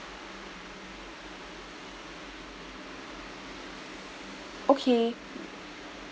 okay